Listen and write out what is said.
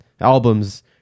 albums